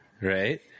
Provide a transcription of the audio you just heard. right